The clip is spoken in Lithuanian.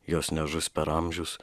jos nežus per amžius